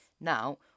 Now